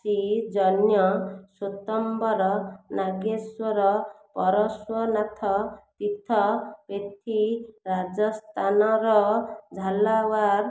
ଶ୍ରୀ ଜନ୍ୟ ସ୍ୱତମ୍ବର ନାଗେଶ୍ୱର ପରଶ୍ଵନାଥ ତୀର୍ଥପେଥିୀ ରାଜସ୍ଥାଥାନର ଝାଲୱାର